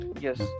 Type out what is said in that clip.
yes